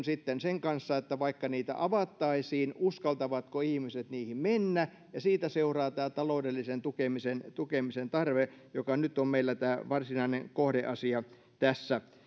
sitten sen kanssa että vaikka niitä avattaisiin niin uskaltavatko ihmiset niihin mennä ja siitä seuraa tämä taloudellisen tukemisen tukemisen tarve joka nyt on meillä tämä varsinainen kohdeasia tässä